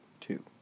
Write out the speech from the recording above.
Two